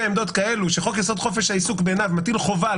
עמדות כאלה שחוק יסוד: חופש העיסוק מטיל חובה,